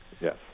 yes